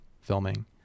filming